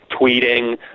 tweeting